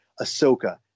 Ahsoka